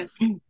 Yes